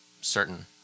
certain